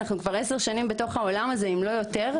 אנחנו כבר עשר שנים בתוך העולם הזה אם לא יותר.